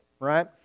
right